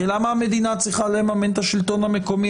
כי למה המדינה צריכה לממן את השלטון המקומי